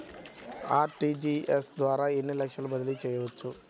RTGS ద్వారా ఎన్ని లక్షలు బదిలీ చేయవచ్చు?